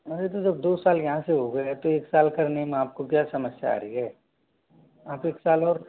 अरे तो जब दो साल यहाँ से हो गए हैं तो एक साल करने में आपको क्या समस्या आ रही है आप एक साल और